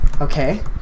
Okay